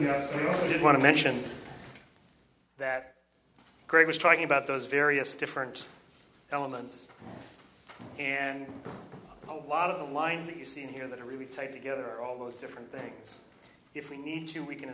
you did want to mention that greg was talking about those various different elements and a lot of the lines that you see here that are really tied together all those different things if we need to we